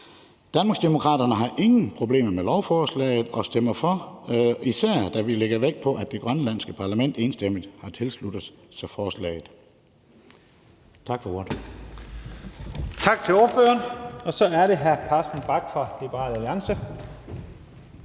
Danmarksdemokraterne har ingen problemer med lovforslaget og stemmer for, især da vi lægger vægt på, at det grønlandske parlament enstemmigt har tilsluttet sig forslaget.